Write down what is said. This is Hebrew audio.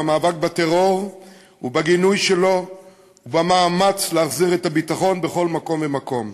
במאבק בטרור ובגינויו ובמאמץ להחזיר את הביטחון בכל מקום ומקום.